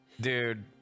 Dude